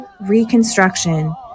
reconstruction